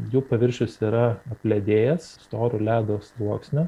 jų paviršius yra apledėjęs storu ledo sluoksniu